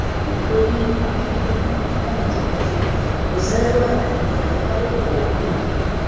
लेकिन कोई मिगी इ'यां आक्खै कि तूं इ'यां घनें जंगल च गुज़रो होर इंजाए करो ओह् मिगी